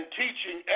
teaching